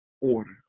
order